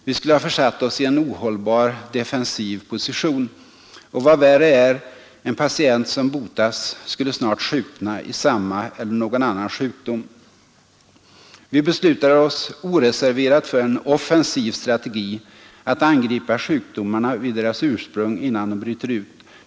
Vi skulle ha försatt oss i en ohållbar defensiv position. Och vad värre är, en patient som botats skulle snart sjukna i samma eller någon annan sjukdom. Vi beslutade oss oreserverat för en offensiv strategi: att angripa sjukdomarna vid deras ursprung innan de bryter ut.